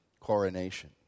coronation